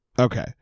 Okay